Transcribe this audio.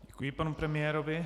Děkuji panu premiérovi.